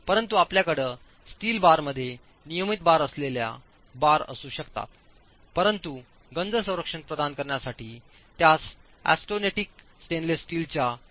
परंतु आपल्याकडे स्टील बारमध्ये नियमित बार असलेल्या बार असू शकतात परंतु गंज संरक्षण प्रदान करण्यासाठी त्यास ऑस्टेनेटिक स्टेनलेस स्टीलच्या थराने लेपित केलेले असते